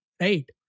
Right